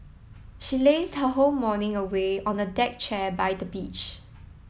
she lazed her whole morning away on a deck chair by the beach